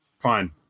Fine